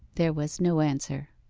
there was no answer.